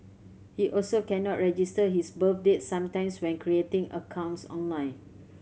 he also cannot register his birth date sometimes when creating accounts online